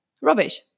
rubbish